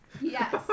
Yes